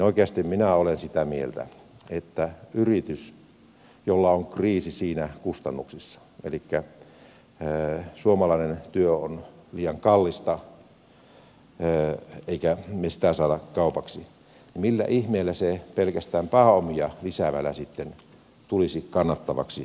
oikeasti minä olen sitä mieltä että kun on yritys jolla on kriisi kustannuksissa elikkä suomalainen työ on liian kallista eikä mitään saada kaupaksi niin millä ihmeellä ne yritykset pelkästään pääomia lisäämällä sitten tulisivat kannattaviksi